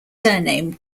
surname